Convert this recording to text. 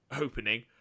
opening